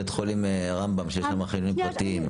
בבתי חולים רמב"ם ואיכילוב שיש להם חניונים פרטיים.